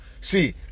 See